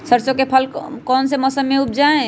सरसों की फसल कौन से मौसम में उपजाए?